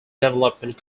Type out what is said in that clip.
development